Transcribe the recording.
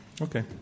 Okay